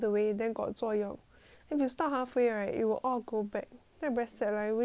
if you stop halfway right it will all grow back then I very sad I waste my money eh jessie